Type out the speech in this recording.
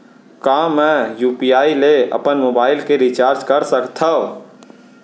का मैं यू.पी.आई ले अपन मोबाइल के रिचार्ज कर सकथव?